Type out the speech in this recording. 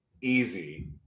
easy